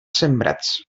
sembrats